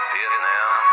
Vietnam